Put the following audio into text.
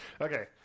Okay